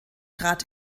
trat